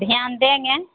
ध्यान देंगे